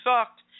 sucked